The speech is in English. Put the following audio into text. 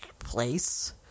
place